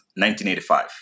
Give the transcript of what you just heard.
1985